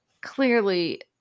clearly